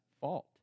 fault